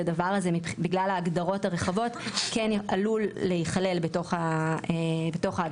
הדבר הזה בגלל ההגדרות הרחבות כן עלול להיכלל בתוך ההגדרות,